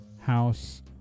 house